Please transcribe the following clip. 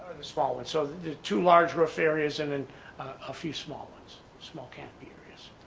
this fall and so the two large roof areas and then a few small ones, small canopy areas.